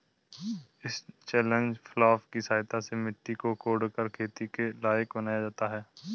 इस chisel plough की सहायता से मिट्टी को कोड़कर खेती के लायक बनाया जाता है